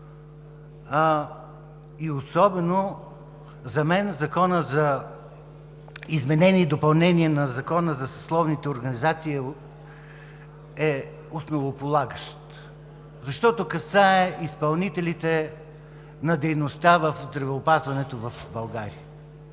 Особено за мен Законът за изменение и допълнение на Закона за съсловните организации е основополагащ, защото касае изпълнителите на дейността в здравеопазването в България.